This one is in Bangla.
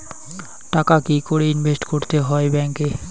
টাকা কি করে ইনভেস্ট করতে হয় ব্যাংক এ?